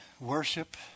worship